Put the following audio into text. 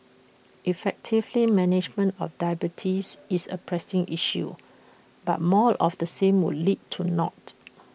effective management of diabetes is A pressing issue but more of the same would lead to naught